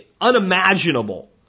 unimaginable